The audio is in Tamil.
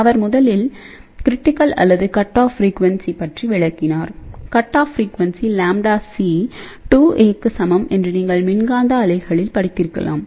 அவர் முதலில் க்ரிட்டிகல் அல்லது கட் ஆஃப் ஃப்ரீக்யுன்சி பற்றி விளக்கினார் cut off frequency lambda c 2a க்கு சமம் என்று நீங்கள் மின்காந்த அலைகளில் படித்திருக்கலாம்